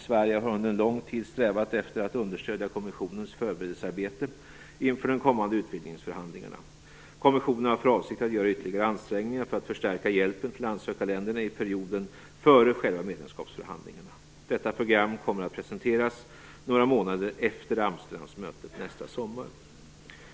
Sverige har under lång tid strävat efter att understödja kommissionens förberedelsearbete inför de kommande utvidningsförhandlingarna. Kommissionen har för avsikt att göra ytterligare ansträngningar för att förstärka hjälpen till ansökarländerna i perioden före själva medlemskapsförhandlingarna. Detta program kommer att presenteras några månader efter Amsterdammötet nästa sommar.